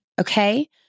okay